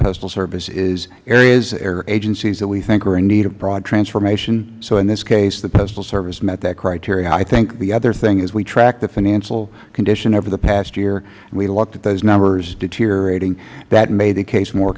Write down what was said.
postal service is areas or agencies that we think are in need of broad transformation so in this case the postal service met that criteria i think the other thing is we tracked the financial condition over the past year and we looked at those numbers deteriorating that made the case more